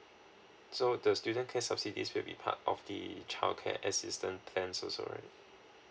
so the student care subsidies will be part of the childcare assistance plan also right